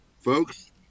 folks